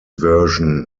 version